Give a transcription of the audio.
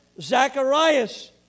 Zacharias